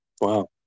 Wow